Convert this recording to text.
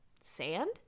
Sand